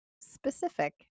specific